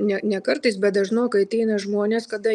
ne ne kartais bet dažnokai ateina žmonės kada